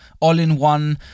all-in-one